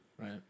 Right